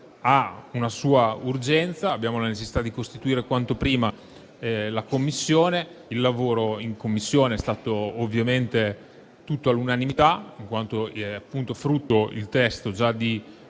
ha una sua urgenza. Abbiamo la necessità di costituire quanto prima la Commissione. Il lavoro in Commissione è stato ovviamente approvato all'unanimità, essendo il testo già